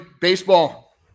baseball